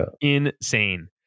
insane